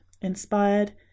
inspired